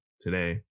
today